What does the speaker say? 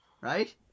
right